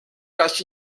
dans